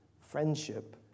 friendship